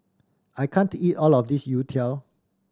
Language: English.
I can't eat all of this youtiao